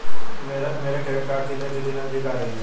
मेरे credit card की देय तिथि नज़दीक आ रही है